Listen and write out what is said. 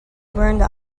burned